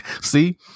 See